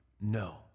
No